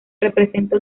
representa